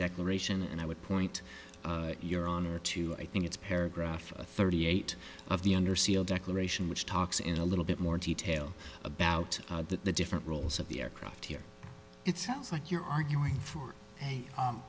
declaration and i would point your honor to i think it's paragraph thirty eight of the under seal declaration which talks in a little bit more detail about the different rules of the aircraft here it sounds like you're arguing for a